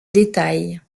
détail